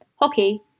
hockey